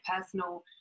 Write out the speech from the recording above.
personal